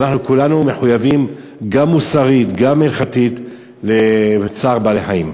אנחנו כולנו מחויבים גם מוסרית וגם הלכתית לצער בעלי-חיים.